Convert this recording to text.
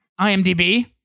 IMDb